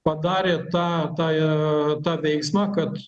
padarė tą tąją veiksmą kad